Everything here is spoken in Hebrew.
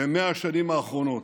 ב-100 השנים האחרונות.